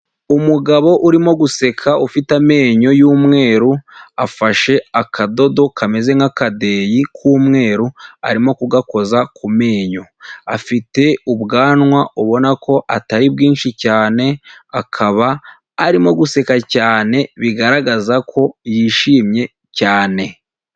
Umugabo urimo guseka ufite amenyo y'umweru afashe akadodo kameze nk'akadeyi k'umweru arimo kugakoza ku menyo, afite ubwanwa ubona ko atari bwinshi cyane akaba arimo guseka cyane bigaragaza ko yishimye cyane.